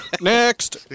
Next